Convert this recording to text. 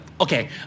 okay